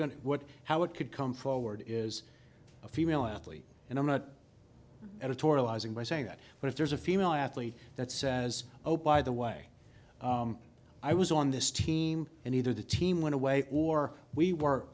to what how it could come forward is a female athlete and i'm not editorializing by saying that but if there's a female athlete that says oh by the way i was on this team and either the team went away or we were